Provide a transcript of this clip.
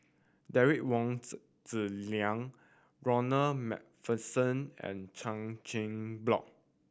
Derek Wong Zi Zi Liang Ronald Macpherson and Chan Chin Block